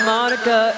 Monica